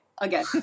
again